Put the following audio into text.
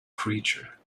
preacher